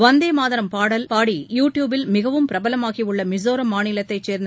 வந்தே மாதரம் பாடல் பாடி யூ ட்யூப்பில் மிகவும் பிரபலமாகியுள்ள மிசோராம் மாநிலத்தைச் சேர்ந்த